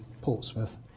Portsmouth